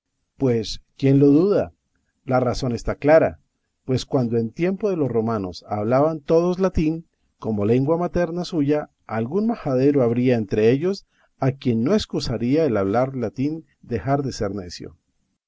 pues quién lo duda la razón está clara pues cuando en tiempo de los romanos hablaban todos latín como lengua materna suya algún majadero habría entre ellos a quien no escusaría el hablar latín dejar de ser necio